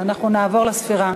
נעבור לספירה.